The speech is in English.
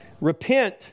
Repent